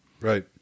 Right